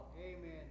Amen